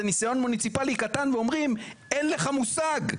ניסיון מוניציפלי קטן ואומרים אין לך מושג.